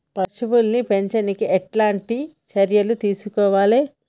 పశువుల్ని పెంచనీకి ఎట్లాంటి చర్యలు తీసుకోవాలే?